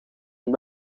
and